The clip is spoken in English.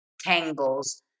tangles